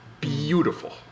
Beautiful